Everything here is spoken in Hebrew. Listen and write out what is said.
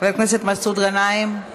חבר הכנסת מסעוד גנאים,